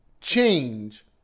change